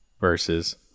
versus